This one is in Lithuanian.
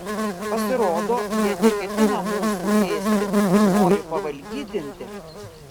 pasirodo jie neketina mūsų ėsti nori pavalgydinti